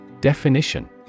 Definition